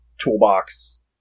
toolbox